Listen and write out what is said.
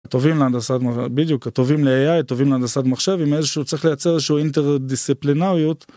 טובים להנדסת בדיוק הטובים לai הטובים להנדסת מחשב עם איזה שהוא צריך לייצר איזשהוא אינטרדיסציפלינריות.